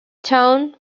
town